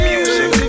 Music